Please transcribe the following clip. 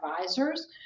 advisors